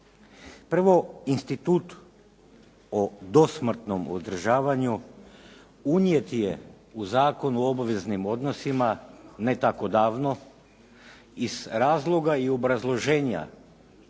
Prvo, institut o dosmrtnom uzdržavanju unijet je u Zakon o obveznim odnosima ne tako davno iz razloga i obrazloženja